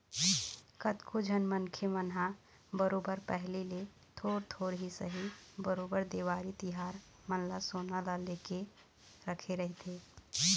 कतको झन मनखे मन ह बरोबर पहिली ले थोर थोर ही सही बरोबर देवारी तिहार मन म सोना ल ले लेके रखे रहिथे